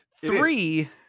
Three